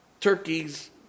turkeys